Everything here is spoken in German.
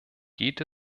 geht